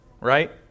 right